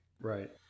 Right